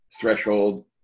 threshold